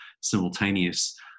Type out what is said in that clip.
simultaneous